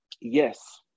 Yes